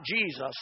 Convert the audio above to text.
Jesus